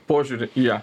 požiūrį į ją